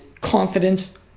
confidence